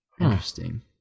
Interesting